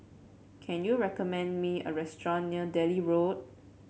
can you recommend me a restaurant near Delhi Road